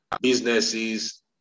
businesses